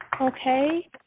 Okay